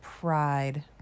pride